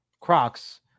Crocs